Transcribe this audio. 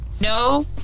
No